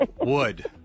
Wood